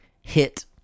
hit